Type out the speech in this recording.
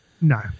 No